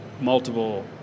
multiple